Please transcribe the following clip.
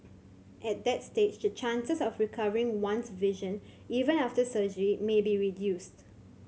at that stage the chances of recovering one's vision even after surgery may be reduced